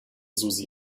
susi